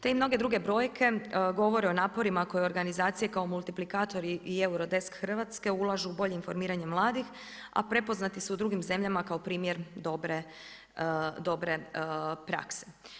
Te i mnoge druge brojke, govore o naporima koje organizacije kao multiplikatori i Eurodesk Hrvatske ulažu u bolje informiranje mladih, a prepoznati su u drugim zemljama, kao primjer dobre prakse.